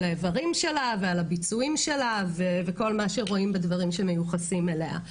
האיברים שלה ועל הביצועים שלה וכל מה שרואים בדברים שמיוחסים אליה.